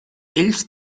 ells